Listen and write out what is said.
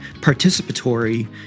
participatory